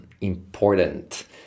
important